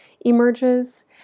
emerges